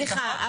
סליחה,